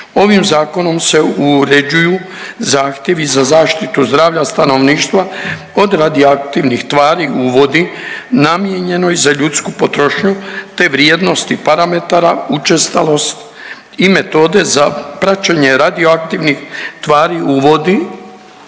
Ovim zakonom se uređuju zahtjevi za zaštitu zdravlja stanovništva od radioaktivnih tvari u vodi namijenjenoj za ljudsku potrošnju te vrijednosti parametara učestalost i metode za praćenje radioaktivnih tvari u vodi